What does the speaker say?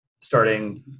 starting